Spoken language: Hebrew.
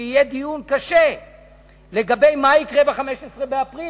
יהיה דיון קשה לגבי מה יקרה ב-15 באפריל,